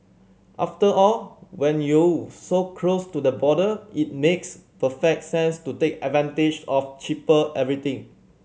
after all when you so close to the border it makes perfect sense to take advantage of cheaper everything